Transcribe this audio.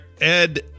Ed